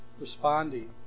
responding